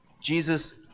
Jesus